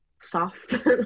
soft